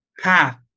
path